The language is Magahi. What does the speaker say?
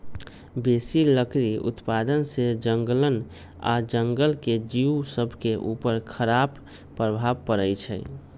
बेशी लकड़ी उत्पादन से जङगल आऽ जङ्गल के जिउ सभके उपर खड़ाप प्रभाव पड़इ छै